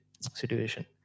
situation